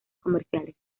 comerciales